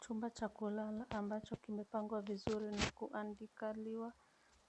Chumba cha kulala ambacho kimepangwa vizuri na kuandikaliwa